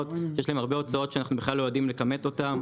שיש להן הרבה הוצאות שאנחנו בכלל לא יודעים לכמת אותן.